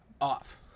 off